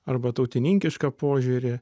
arba tautininkišką požiūrį